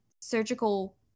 surgical